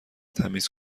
تمیز